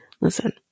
Listen